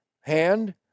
Hand